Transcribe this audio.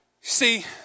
See